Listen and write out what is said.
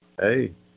hey